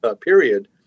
period